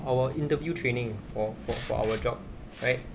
our interview training for for for our job right